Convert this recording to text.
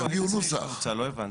תביאו נוסח.